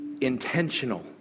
intentional